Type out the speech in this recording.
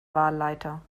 wahlleiter